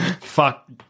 Fuck